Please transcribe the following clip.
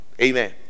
Amen